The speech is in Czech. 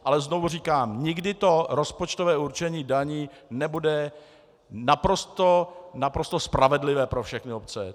Ale znovu říkám, nikdy to rozpočtové určení daní nebude naprosto spravedlivé pro všechny obce.